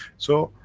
so,